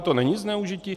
To není zneužití?